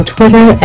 Twitter